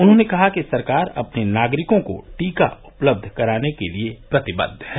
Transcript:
उन्होंने कहा कि सरकार अपने नागरिकों को टीका उपलब्ध कराने के लिए प्रतिबद्ध है